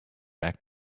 act